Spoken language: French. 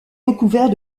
recouvert